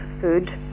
food